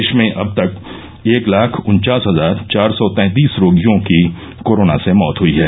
देश में अब तक एक लाख उन्चास हजार चार सौ तैंतीस रोगियों की कोरोना से मौत हुई है